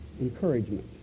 encouragement